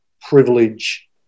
privilege